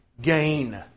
gain